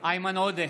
איימן עודה,